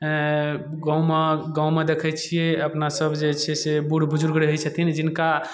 गाममे गाममे देखै छिए अपनासब जे छै से बूढ़ बुजुर्ग रहै छथिन जिनका